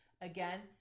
again